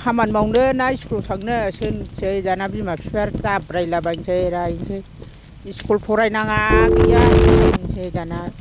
खामानि मावनो ना इस्कुलाव थांनो सो होनसै दाना बिमा बिफाया आरो दाब्रायलाबायसै रायनोसै इस्कुल फरायनाङा गैया होनना बुंसै दाना